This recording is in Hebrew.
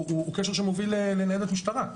הוא קשר שמוביל לניידת משטרה.